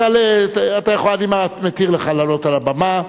אני מתיר לך לעלות על הבמה.